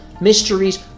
Mysteries